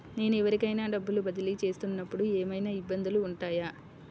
నేను ఎవరికైనా డబ్బులు బదిలీ చేస్తునపుడు ఏమయినా ఇబ్బందులు వుంటాయా?